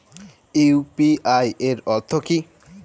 UPI এর অর্থ কি?